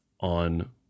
on